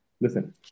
Listen